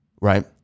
right